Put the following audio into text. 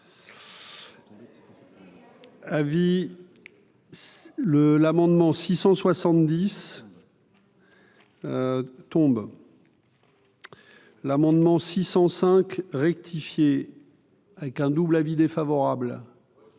Six cent 70. Tombe. L'amendement 605 rectifier avec un double avis défavorable,